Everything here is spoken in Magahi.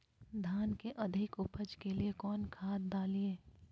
धान के अधिक उपज के लिए कौन खाद डालिय?